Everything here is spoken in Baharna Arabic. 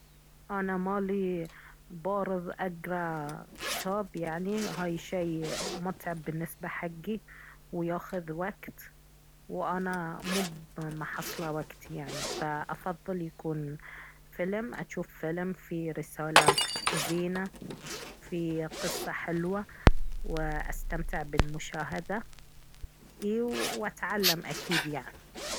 أنا مالي بارض أقرا كتاب يعني هاي شي متعب بالنسبة حقي وياخذ وقت وأنا مب محصلة وقت يعني فأفضل يكون فيلم أشوف فيلم فيه رسالة زينة فيه قصة حلوة وأستمتع بالمشاهدة اي واتعلم أكيد يعني